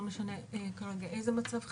לא משנה כרגע איזה מצב חירום,